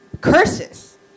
curses